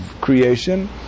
creation